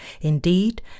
Indeed